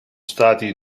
stati